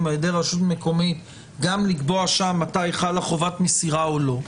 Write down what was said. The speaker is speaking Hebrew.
על-ידי רשות מקומית גם לקבוע שם מתי חלה חובת מסירה או לא.